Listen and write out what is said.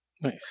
Nice